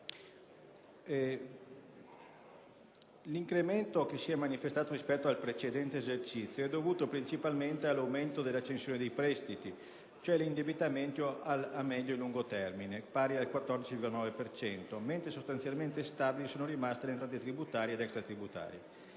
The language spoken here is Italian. L'incremento manifestatosi rispetto al precedente esercizio è dovuto principalmente all'aumento dell'accensione dei prestiti, cioè all'indebitamento a medio e lungo termine, pari al 14,9 per cento, mentre sostanzialmente stabili sono rimaste le entrate tributarie ed extratributarie.